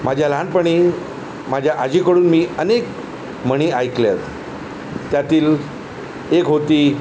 माझ्या लहानपणी माझ्या आजीकडून मी अनेक म्हणी ऐकल्या आहेत त्यातील एक होती